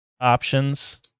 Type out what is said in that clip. options